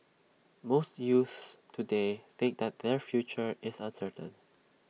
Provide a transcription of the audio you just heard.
most youths today think that their future is uncertain